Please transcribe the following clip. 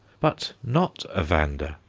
but not a vanda!